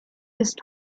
ist